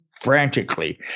frantically